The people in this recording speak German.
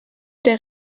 der